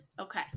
Okay